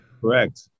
Correct